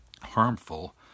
harmful